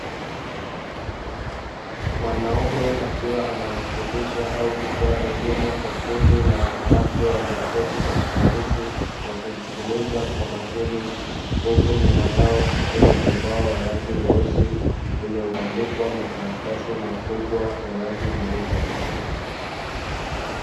Mwanaume akiwa anawafundisha au kutoa elimu, kwa kundi la wanawake walioketi katika viti wakimsikiliza kwa makini. Huku nyuma yao kukiwa na ubao wa rangi nyeusi uliobandikwa makaratasi makubwa ya rangi nyeupe.